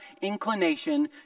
inclination